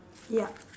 ya